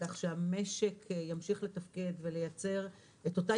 כך שהמשק ימשיך לתפקד ולייצר את אותה